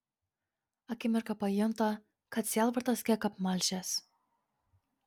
akimirką pajunta kad sielvartas kiek apmalšęs